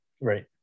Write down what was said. right